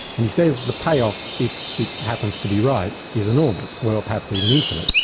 and he says the payoff if it happens to be right is enormous, well, perhaps even infinite.